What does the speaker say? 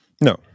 No